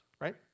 right